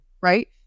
right